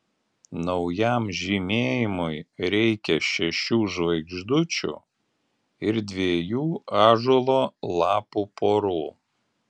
naujam žymėjimui reikia šešių žvaigždučių ir dviejų ąžuolo lapų porų